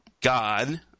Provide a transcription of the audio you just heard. God